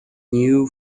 new